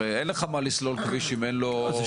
הרי אין לך מה לסלול כביש אם אין חיבור.